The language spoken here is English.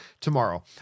tomorrow